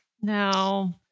no